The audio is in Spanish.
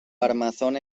armazón